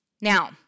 Now